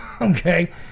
okay